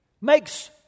makes